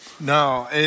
No